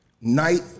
Night